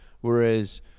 whereas